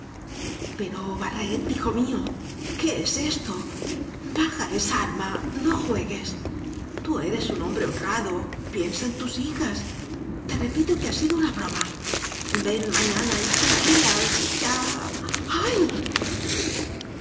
pero barret hijo mío qué es esto baja esa arma no juegues tú eres un hom bre honrado piensa en tus hijas te repito que ha sido una broma ven mañana y te daré las lia aaay